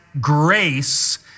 grace